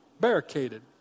barricaded